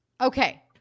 Okay